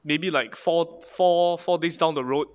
maybe like four four four days down the road